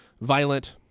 violent